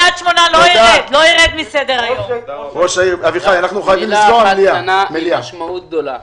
מילה אחת קטנה עם משמעות גדולה.